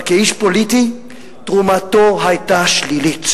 אבל כאיש פוליטי תרומתו היתה שלילית.